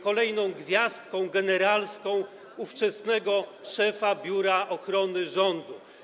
kolejną gwiazdką generalską ówczesnego szefa Biura Ochrony Rządu.